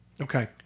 Okay